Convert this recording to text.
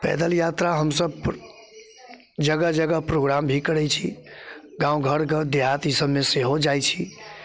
पैदल यात्रा हमसब जगह जगह प्रोग्राम भी करै छी गाँव घर देहात ई सबमे सेहो जाइ छी